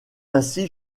ainsi